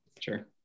sure